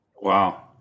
Wow